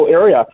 area